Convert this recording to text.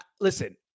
listen